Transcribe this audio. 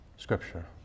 Scripture